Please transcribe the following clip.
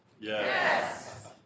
Yes